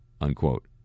unquote